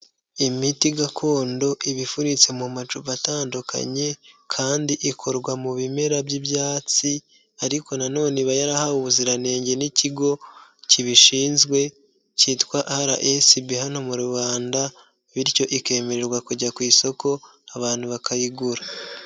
Imiti gakondo iba ifunitse mu macupa atandukanye, kandi ikorwa mu bimera by'ibyatsi, ariko na none iba yarahawe ubuziranenge n'ikigo kibishinzwe, cyitwa RSB hano mu Rwanda, bityo ikemererwa kujya ku isoko, abantu bakayigura.